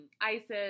Isis